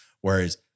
Whereas